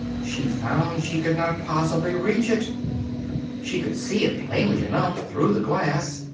she found she could not possibly reach it she could see it plainly enough through the glass,